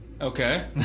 Okay